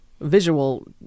visual